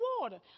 water